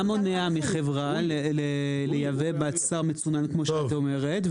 מה מונע מחברה לייבא בשר מצונן כמו שאת אומרת?